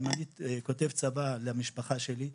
אם אני כותב צוואה למשפחה שלי,